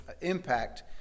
impact